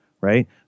right